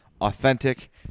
authentic